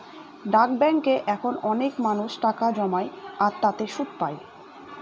ডাক ব্যাঙ্কে এখন অনেক মানুষ টাকা জমায় আর তাতে সুদ পাই